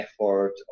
effort